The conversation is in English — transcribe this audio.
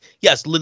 Yes